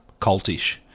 cultish